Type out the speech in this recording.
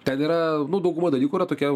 ten yra nu dauguma dalykų yra tokie